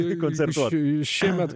liko koncertuot šiemet